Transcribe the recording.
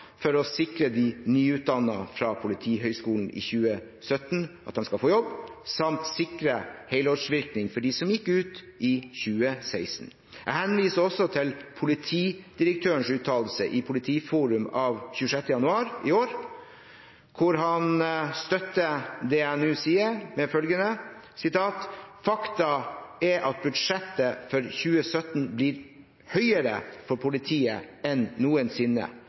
fra Politihøgskolen i 2017 skal få jobb, samt sikre helårsvirkning for dem som gikk ut i 2016. Jeg henviser også til politidirektørens uttalelse i Politiforum av 26. januar i år, hvor han støtter det jeg nå sier, med følgende: «Fakta er at budsjettet for 2017 vil bli høyere for politiet enn noensinne.